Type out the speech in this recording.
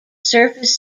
surface